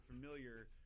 familiar